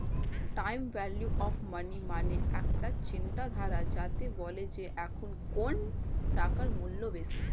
time value of money মানে একটা চিন্তাধারা যাতে বলে যে এখন কোন টাকার মূল্য বেশি